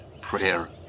prayer